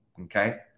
Okay